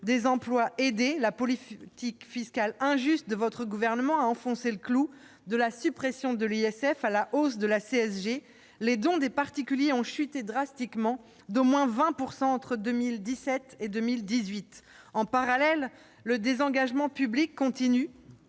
des emplois aidés, la politique fiscale injuste de votre gouvernement a enfoncé le clou : de la suppression de l'ISF à la hausse de la CSG, les dons des particuliers ont chuté drastiquement, d'au moins 20 % entre 2017 et 2018. En parallèle, le désengagement public se